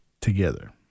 together